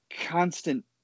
constant